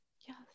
yes